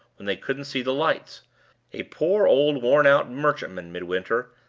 when they couldn't see the lights a poor old worn-out merchantman, midwinter,